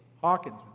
Hawkins